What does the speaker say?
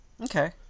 Okay